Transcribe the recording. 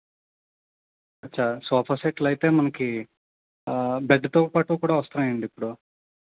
అచ్చా సోఫా సెట్లు అయితే మనకు బెడ్తో పాటు కూడా వస్తున్నాయి అండి ఇప్పుడు